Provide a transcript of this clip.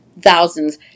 thousands